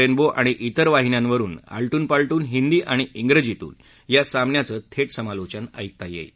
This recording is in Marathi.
रेनबो आणि इतर वाहिन्यांवरून आलटून पालटून हिदी आणि इंग्रजीतून या सामन्याचं थेट समालोचन ऐकता येईल